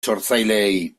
sortzaileei